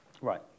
Right